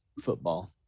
Football